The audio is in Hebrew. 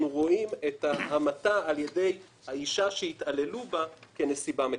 רואים את ההמתה על ידי האישה שהתעללו בה כנסיבה מקילה.